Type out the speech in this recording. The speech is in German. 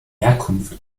herkunft